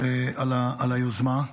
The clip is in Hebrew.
על היוזמה.